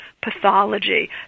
pathology